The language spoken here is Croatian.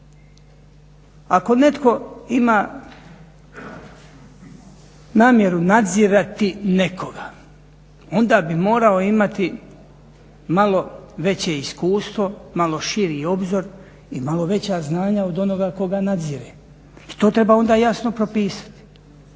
Ako netko ima namjeru nadzirati nekoga onda bi morao imati malo veće iskustvo, malo širi obzor i malo veća znanja od onoga koga nadzire i to treba onda jasno propisati